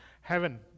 heaven